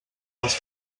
els